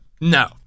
No